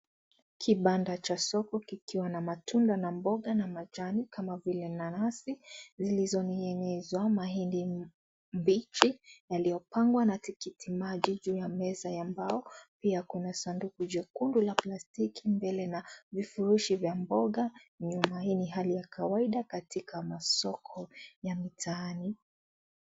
Kibanda cha soko kikiwa na matunda na mboga na majani kama vile nanasi zilizoning'inizwa, mahindi mbichi yaliyopangwa na tikiti maji juu ya meza ya mbao, pia kuna sanduku jekundu la plastiki mbele na vifurushi vya mboga nyuma. Hii ni hali ya kawaida katika masoko ya mitaani .